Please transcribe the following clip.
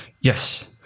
Yes